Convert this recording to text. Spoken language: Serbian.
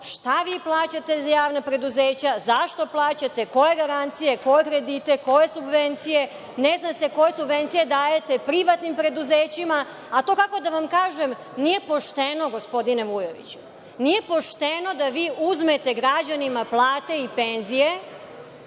šta vi plaćate za javna preduzeća, zašto plaćate, koje garancije, koje kredite, koje subvencije. Ne zna se koje subvencije dajete privatnim preduzećima, a to, kako da vam kažem, nije pošteno, gospodine Vujoviću. Nije pošteno da vi uzmete građanima plate i penzije,